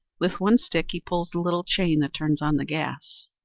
with one stick he pulls the little chain that turns on the gas